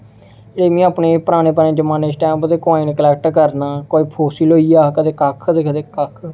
एह् में अपने पराने पराने जमाने च जिस टाइम दे काॅइन कलेक्ट करना कोई फुस्सी लेइया ते कदें कक्ख ते कदें कक्ख